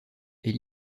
est